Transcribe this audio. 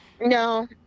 No